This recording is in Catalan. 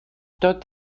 tot